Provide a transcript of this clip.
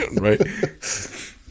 Right